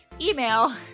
email